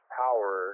power